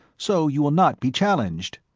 so you will not be challenged.